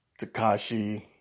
Takashi